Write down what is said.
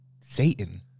Satan